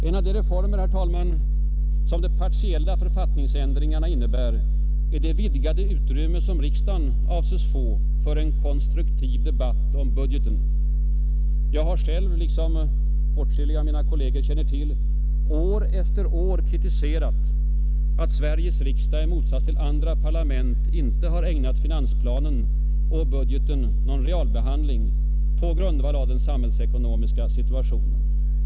En av de reformer, herr talman, som de partiella författningsändringarna innebär, är det vidgade utrymme som riksdagen avses få för en konstruktiv debatt om budgeten. Jag själv har, såsom åtskilliga av mina kolleger känner till, år efter år kritiserat att Sveriges riksdag i motsats till andra parlament inte har ägnat finansplanen och budgeten någon realbehandling på grundval av den samhällsekonomiska situationen.